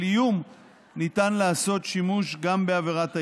איום ניתן לעשות שימוש גם בעבירת האיומים.